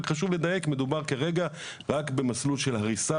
רק חשוב לדייק - מדובר כרגע רק במסלול של הריסה.